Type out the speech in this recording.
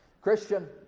Christian